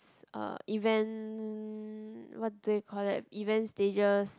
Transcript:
uh event what do they call that event stages